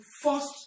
first